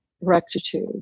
rectitude